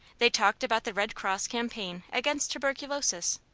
they talked about the red cross campaign against tuberculosis,